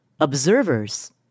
observers